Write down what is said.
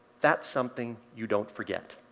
that's something you don't forget.